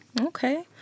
Okay